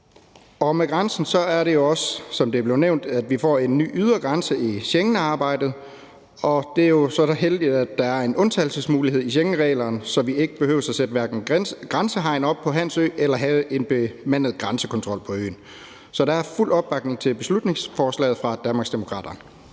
Med grænsen er det jo også, som det er blevet nævnt, sådan, at vi får en ny ydre grænse i Schengensamarbejdet, og det er jo så heldigt, at der er en undtagelsesmulighed i Schengenreglerne, så vi ikke behøver at sætte grænsehegn op på Hans Ø eller have bemandet grænsekontrol på øen. Så der er fuld opbakning til beslutningsforslaget fra